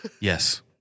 Yes